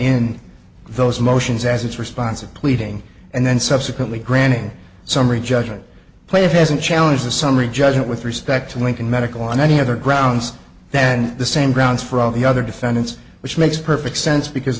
in those motions as it's responsive pleading and then subsequently granting summary judgment play it hasn't challenged the summary judgment with respect to lincoln medical on any other grounds then the same grounds for all the other defendants which makes perfect sense because